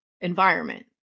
environment